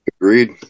Agreed